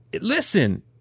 Listen